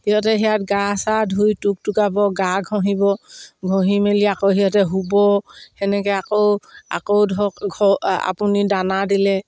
সিহঁতে ইয়াত গা চা ধুই টুক টুকাব গা ঘঁহিব ঘঁহি মেলি আকৌ সিহঁতে শুব তেনেকৈ আকৌ আকৌ ধৰক ঘ আপুনি দানা দিলে